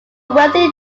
wealthy